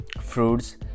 fruits